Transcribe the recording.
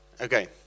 Okay